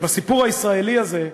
והסיפור הישראלי הזה,